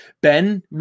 Ben